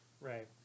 Right